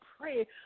pray